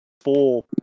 four